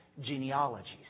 genealogies